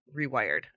rewired